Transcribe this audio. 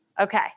Okay